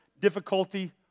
difficulty